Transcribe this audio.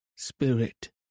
Spirit